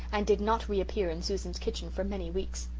and did not reappear in susan's kitchen for many weeks.